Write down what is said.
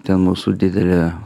ten mūsų didelė